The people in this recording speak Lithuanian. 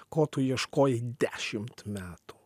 ko tu ieškojai dešimt metų